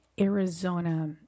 Arizona